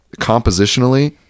compositionally